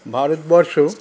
Bharatvarsha